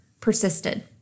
persisted